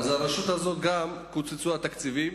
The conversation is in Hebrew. הרשות, ברשות הזאת קוצצו התקציבים,